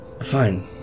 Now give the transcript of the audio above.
Fine